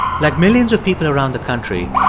like millions of people around the country,